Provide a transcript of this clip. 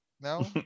no